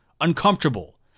uncomfortable